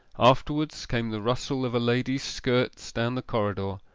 afterwards came the rustle of a lady's skirts down the corridor,